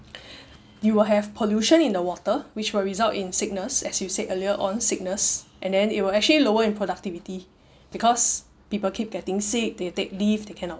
you will have pollution in the water which will result in sickness as you said earlier on sickness and then it will actually lower in productivity because people keep getting sick they take leave they cannot